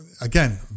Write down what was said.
again